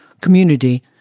community